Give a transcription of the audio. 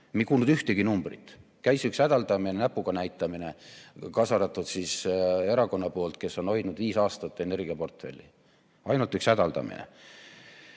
ei kuulnud ühtegi numbrit. Käis üks hädaldamine, näpuga näitamine, kaasa arvatud erakonna poolt, kes on hoidnud viis aastat energiaportfelli. Ainult üks hädaldamine